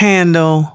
Handle